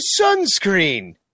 sunscreen